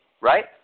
right